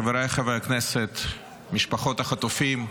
חבריי חברי הכנסת, משפחות החטופים,